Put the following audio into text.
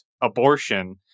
abortion